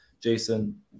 Jason